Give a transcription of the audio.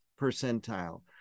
percentile